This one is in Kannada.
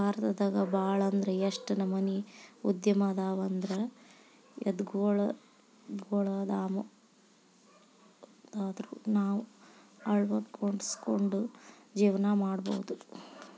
ಭಾರತದಾಗ ಭಾಳ್ ಅಂದ್ರ ಯೆಷ್ಟ್ ನಮನಿ ಉದ್ಯಮ ಅದಾವಂದ್ರ ಯವ್ದ್ರೊಳಗ್ವಂದಾದ್ರು ನಾವ್ ಅಳ್ವಡ್ಸ್ಕೊಂಡು ಜೇವ್ನಾ ಮಾಡ್ಬೊದು